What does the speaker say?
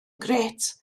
grêt